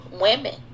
women